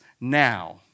now